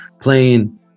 playing